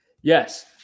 yes